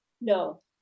No